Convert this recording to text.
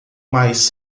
mais